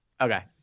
Okay